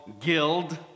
Guild